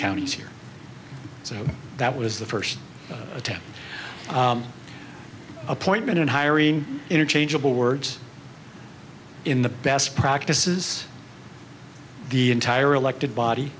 counties here so that was the first attempt appointment and hiring interchangeable words in the best practice is the entire elected body